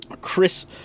Chris